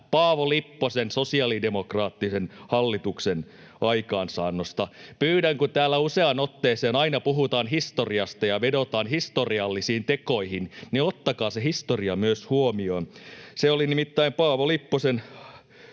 Paavo Lipposen sosiaalidemokraattisen hallituksen aikaansaannosta. Pyydän, kun täällä useaan otteeseen aina puhutaan historiasta ja vedotaan historiallisiin tekoihin, että ottakaa se historia myös huomioon. Se oli nimittäin myös Paavo Lipposen